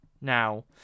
now